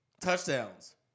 touchdowns